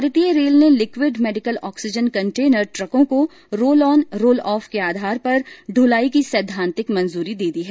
भारतीय रेल ने liquid medical oxygen container ट्रकों को रोल ऑन रोल ऑफ आधार पर द्रलाई की सैद्वांतिक मंजूरी दे दी है